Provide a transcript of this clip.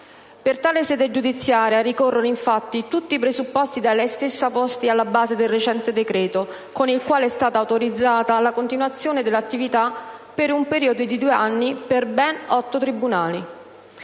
Per tale sede giudiziaria ricorrono infatti tutti i presupposti da lei stessa posti alla base del recente decreto con il quale è stata autorizzata la continuazione dell'attività, per un periodo di due anni, per ben otto tribunali.